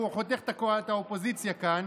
הוא חותך את האופוזיציה כאן.